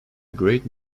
great